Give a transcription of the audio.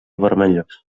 vermellós